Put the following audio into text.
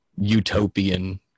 utopian